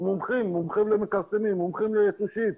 הם מומחים, מומחים למכרסמים, מומחים ליתושים,